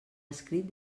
escrit